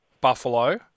Buffalo